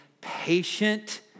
patient